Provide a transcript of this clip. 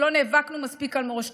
שלא נאבקנו מספיק על מורשתכם,